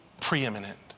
preeminent